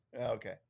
Okay